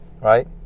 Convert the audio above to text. Right